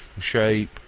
shape